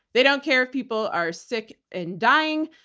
they don't care if people are sick and dying.